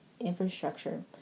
infrastructure